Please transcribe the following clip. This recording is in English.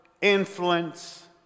influence